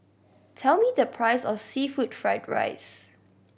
tell me the price of seafood fried rice